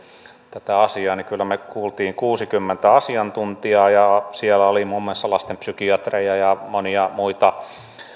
kyllä me kuulimme kuusikymmentä asiantuntijaa ja siellä oli muun muassa lastenpsykiatreja ja ja monia muita